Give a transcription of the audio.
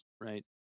right